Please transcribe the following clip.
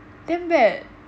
damn bad leh